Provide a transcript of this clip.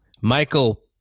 Michael